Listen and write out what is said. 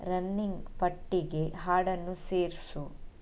running ಪಟ್ಟಿಗೆ ಹಾಡನ್ನು ಸೇರಿಸು